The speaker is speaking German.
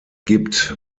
gibt